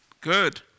Good